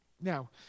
Now